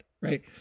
right